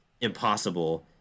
impossible